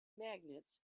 magnets